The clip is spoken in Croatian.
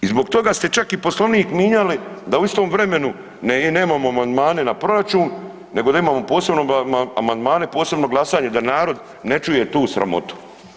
I zbog toga ste čak i Poslovnik minjali da u istom vremenu nemamo amandmane na proračun nego da imamo posebno amandmane, posebno glasanje da narod ne čuje tu sramotu.